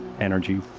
energy